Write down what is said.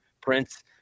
Prince